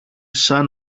σαν